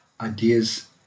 Ideas